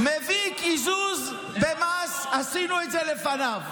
מביא קיזוז במס, עשינו את זה לפניו.